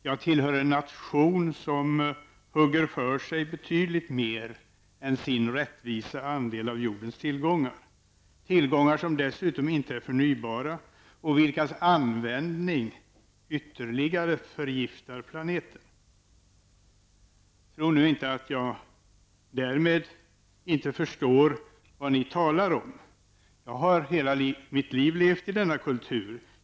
Jag tillhör en nation som hugger för sig betydligt mer än sin rättvisa andel av jordens tillgångar, tillgångar som dessutom inte är förnybara och vilkas användning ytterligare förgiftar planeten. Tro nu inte att jag därmed inte förstår vad ni talar om. Jag har hela mitt liv levt i denna kultur.